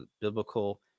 biblical